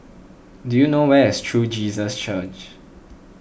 do you know where is True Jesus Church